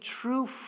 true